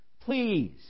please